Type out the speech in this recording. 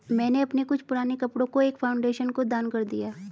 मैंने अपने कुछ पुराने कपड़ो को एक फाउंडेशन को दान कर दिया